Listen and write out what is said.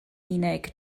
unig